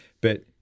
but-